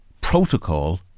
protocol